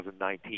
2019